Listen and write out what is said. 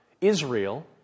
Israel